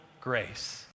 grace